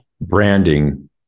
branding